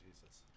Jesus